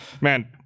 man